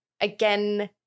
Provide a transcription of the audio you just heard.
again